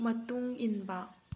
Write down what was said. ꯃꯇꯨꯡ ꯏꯟꯕ